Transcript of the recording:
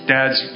Dads